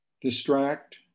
distract